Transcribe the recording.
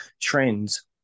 trends